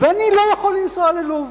ואני לא יכול לנסוע ללוב.